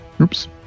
Oops